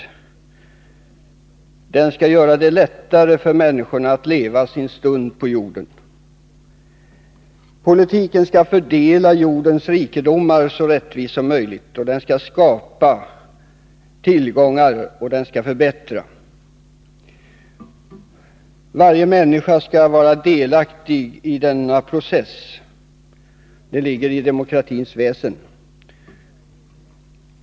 Politiken skall göra det lättare för människorna att leva sin stund på jorden. Den skall fördela jordens rikedomar så rättvist som möjligt, den skall skapa tillgångar och förbättra förhållandena. Varje människa skall vara delaktig i denna process. Det ligger i demokratins väsen.